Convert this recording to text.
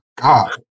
god